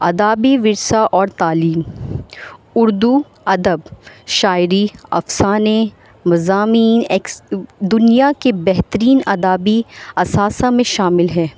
ادبی ورثا اور تعلیم اردو ادب شاعری افسانے مضامین دنیا کے بہترین ادبی اثاثہ میں شامل ہیں